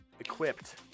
equipped